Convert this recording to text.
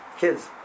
kids